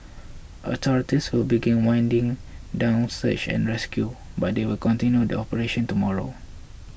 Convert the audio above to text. authorities will begin winding down search and rescue but they will continue the operation tomorrow